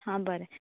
हा बरें